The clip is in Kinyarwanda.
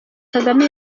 kagame